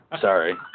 Sorry